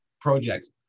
projects